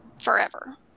forever